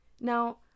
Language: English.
Now